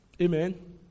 Amen